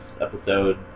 episode